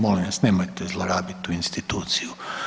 Molim vas nemojte zlorabiti tu instituciju.